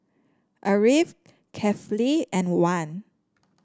Ariff Kefli and Wan